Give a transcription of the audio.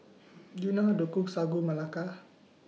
Do YOU know How to Cook Sagu Melaka